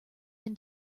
than